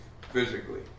physically